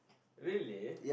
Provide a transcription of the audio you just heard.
really